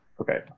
okay